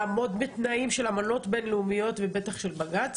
לעמוד בתנאים של אמנות בין לאומיות ובטח של בג"צ.